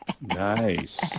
Nice